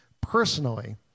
Personally